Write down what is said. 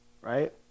right